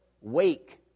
Wake